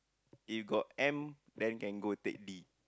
if got M then can go take D